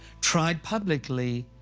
tried publicly,